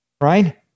Right